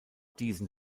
diesen